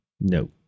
No